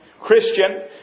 Christian